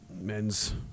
men's